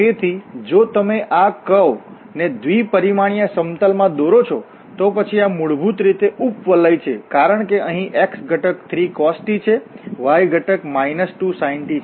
તેથી જો તમે આ કર્વ વળાંક ને દ્વિ પરિમાણીય સમતલ માં દોરો છો તો પછી આ મૂળભૂત રીતે ઉપવલય છે કારણ કે અહીં x ઘટક 3cos t છે y ઘટક 2sin t છે